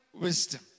wisdom